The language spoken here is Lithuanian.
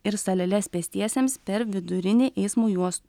ir saleles pėstiesiems per vidurinį eismo juos